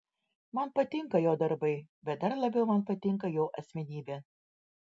man patinka jo darbai bet dar labiau man patinka jo asmenybė